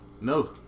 No